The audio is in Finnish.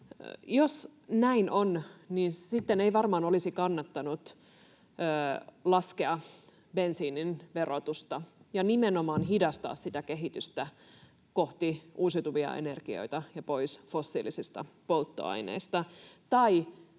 sitten ei varmaan olisi kannattanut laskea bensiinin verotusta ja nimenomaan hidastaa sitä kehitystä kohti uusiutuvia energioita ja pois fossiilisista polttoaineista